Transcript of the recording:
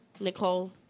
Nicole